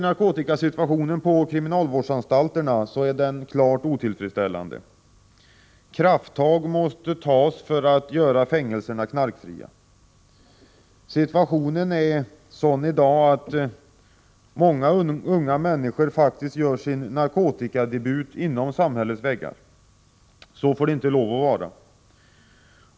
Narkotikasituationen på kriminalvårdsanstalterna är klart otillfredsställande. Krafttag måste tas för att göra fängelserna knarkfria. Situationen är sådan i dag att många unga människor gör sin narkotikadebut inom fängelsets väggar. Så får det inte lov att vara.